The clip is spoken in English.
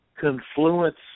confluence